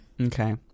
Okay